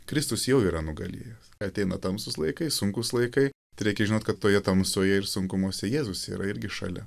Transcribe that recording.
kristus jau yra nugalėjęs ateina tamsūs laikai sunkūs laikai tai reikia žinot kad toje tamsoje ir sunkumuose jėzus yra irgi šalia